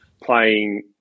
playing